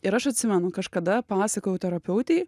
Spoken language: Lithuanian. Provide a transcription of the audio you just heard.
ir aš atsimenu kažkada pasakojau terapeutei